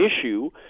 issue